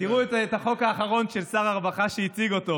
תראו את החוק האחרון של שר הרווחה שהציג אותו,